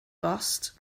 bost